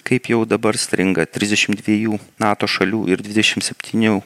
kaip jau dabar stringa trisdešim dviejų nato šalių ir dvidešim septynių